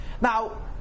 Now